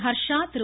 Harsha Thiru